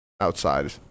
outside